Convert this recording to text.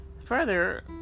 further